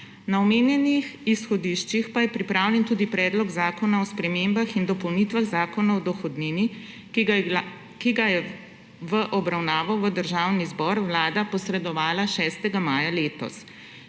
Na omenjenih izhodiščih pa je pripravljen tudi Predlog zakona o spremembah in dopolnitvah Zakona o dohodnini, ki ga je Vlada v obravnavo v Državni zbor posredovala 6. maja letos.